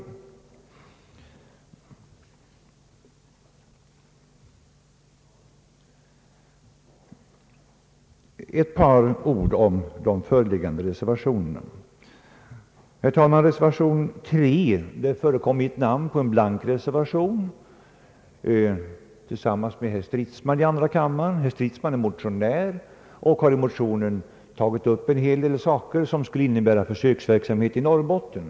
Låt mig emellertid säga ett par ord om de föreliggande reservationerna. Herr talman! I reservation 3, som är en blank reservation, förekommer mitt namn tillsammans med herr Stridsmans i andra kammaren. Herr Stridsman är motionär och har i motionen tagit upp en hel del frågor som skulle innebära en försöksverksamhet i Norrbotten.